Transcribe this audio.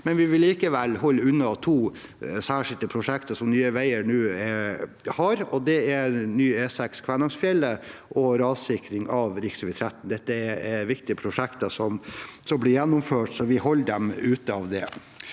Vi vil likevel holde unna to særskilte prosjekter som Nye veier har nå, og det er ny E6 Kvænangsfjellet og rassikring av rv. 13. Dette er viktige prosjekter som blir gjennomført, så vi holder dem utenfor.